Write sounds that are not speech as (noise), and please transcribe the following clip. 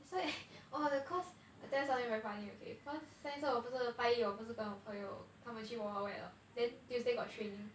it's like (laughs) oh because I tell something very funny okay cause 上一次我不是拜一我不是更我朋友他们去 wild wild wet hor then tuesday got training